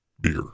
beer